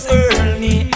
early